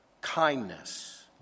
kindness